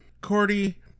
Cordy